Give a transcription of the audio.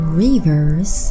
rivers